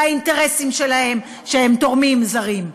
והאינטרסים שלהם, שהם תורמים זרים.